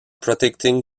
protecting